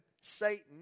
Satan